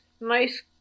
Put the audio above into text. nice